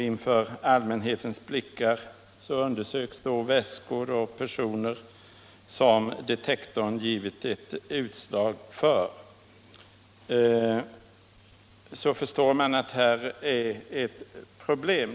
Inför allmänhetens blickar undersöks väskor och personer, som detektorn givit utslag för. Man förstår att detta är ett problem.